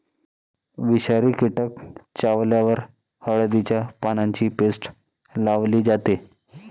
विषारी कीटक चावल्यावर हळदीच्या पानांची पेस्ट लावली जाते